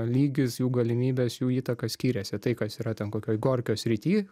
lygis jų galimybės jų įtaka skiriasi tai kas yra ten kokioj gorkio srity